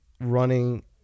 running